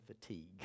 fatigue